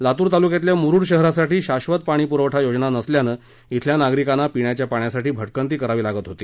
लातूर तालुक्यतल्या मुरुड शहरासाठी शाश्वत पाणी प्रवठा योजना नसल्यानं इथल्या नागरीकांना पिण्याच्या पाण्यासाठी भटकंती करावी लागत होती